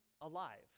alive